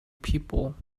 people